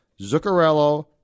Zuccarello